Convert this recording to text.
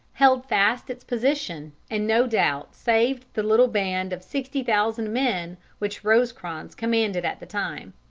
held fast its position, and no doubt saved the little band of sixty thousand men which rosecrans commanded at the time.